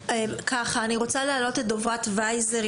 אני רוצה להעלות את דוברת וייזר,